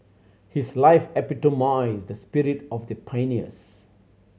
his life epitomised the spirit of the pioneers